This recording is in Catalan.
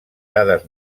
dades